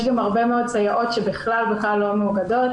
יש גם הרבה מאוד סייעות שבכלל לא מאוגדות,